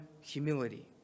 humility